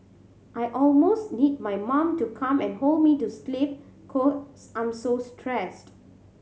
I almost need my mom to come and hold me to sleep cause I'm so stressed